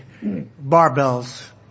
barbells